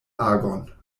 agon